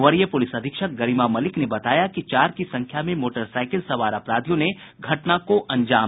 वरीय पुलिस अधीक्षक गरिमा मलिक ने कहा कि चार की संख्या में मोटरसाईकिल सवार अपराधियों ने इस घटना को अंजाम दिया